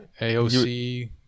AOC